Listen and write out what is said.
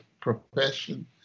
profession